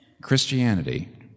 Christianity